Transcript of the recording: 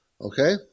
Okay